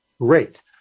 great